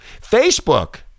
Facebook